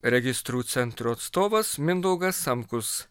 registrų centro atstovas mindaugas sankus